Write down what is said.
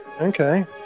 okay